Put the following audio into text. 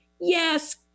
yes